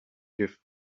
give